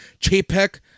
Chapek